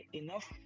enough